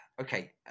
okay